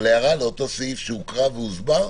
אבל הערה לאותו סעיף שהוקרא והוסבר.